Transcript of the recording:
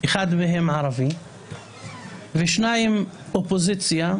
כמו ח"כ שיקלי שוועדת הבחירות פסלה והוא לקח עורך דין,